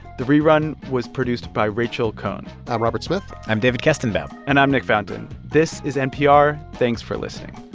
the rerun was produced by rachel cohn i'm robert smith i'm david kestenbaum and i'm nick fountain. this is npr. thanks for listening